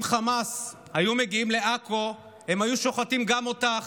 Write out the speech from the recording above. אם חמאס היו מגיעים לעכו הם היו שוחטים גם אותך,